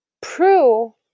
Prue